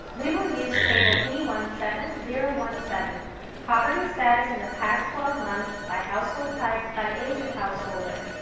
we will use table b one seven zero one seven poverty status in the past twelve months by household type by age of householder.